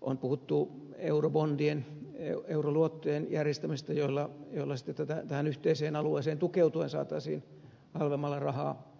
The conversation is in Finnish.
on puhuttu eurobondien euroluottojen järjestämisestä joilla sitten tähän yhteiseen alueeseen tukeutuen saataisiin halvemmalla rahaa